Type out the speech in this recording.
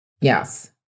Yes